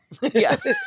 Yes